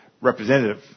representative